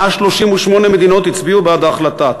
138 מדינות הצביעו בעד ההחלטה,